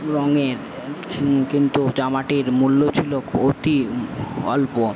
রঙের কিন্তু জামাটির মূল্য ছিল অতি অল্প